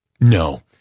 no